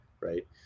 right